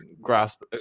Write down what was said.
grasp